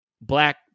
black